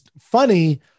funny